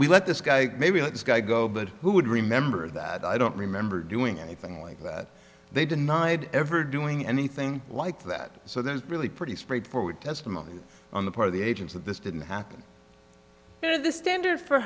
we let this guy maybe let this guy go but who would remember that i don't remember doing anything like that they denied ever doing anything like that so there's really pretty straightforward testimony on the part of the agents that this didn't happen here the standard for